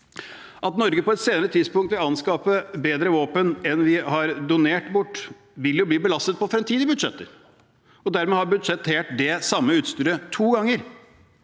At Norge på et senere tidspunkt vil anskaffe bedre våpen enn vi har donert bort, vil jo bli belastet på fremtidige budsjetter, og dermed har man budsjettert det samme utstyret to ganger.